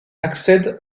accède